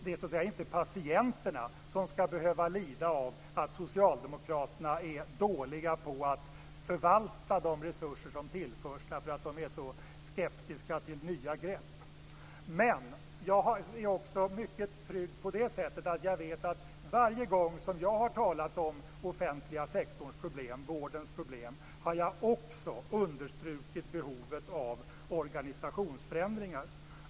Det är inte patienterna som skall behöva lida av att socialdemokraterna är dåliga på att förvalta de resurser som tillförs beroende på att de är så skeptiska till nya grepp. Men jag är också mycket trygg på det sättet att jag vet att varje gång som jag har talat om den offentliga sektorns problem, vårdens problem, har jag understrukit behovet av organisationsförändringar.